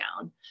down